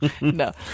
No